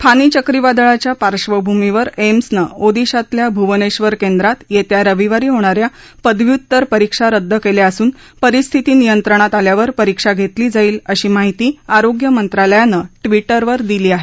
फानी चक्रीवादाळाच्या पार्श्वभूमीवर एम्सनं ओदिशातल्या भुवनेश्वर केंद्रात येत्या रविवारी होणा या पदव्युत्तर परीक्षा रद्द केल्या असून परिस्थिती नियंत्रणात आल्यावर परीक्षा घेतली जाईल अशी माहिती आरोग्य मंत्रालयानं ट्विटरवर दिली आहे